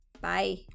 bye